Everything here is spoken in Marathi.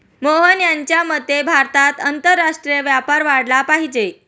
मोहन यांच्या मते भारतात आंतरराष्ट्रीय व्यापार वाढला पाहिजे